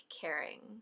caring